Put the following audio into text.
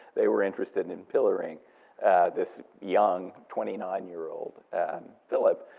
they were interested in in pillaring this young twenty nine year old and philip,